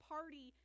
Party